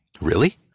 Really